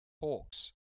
Hawks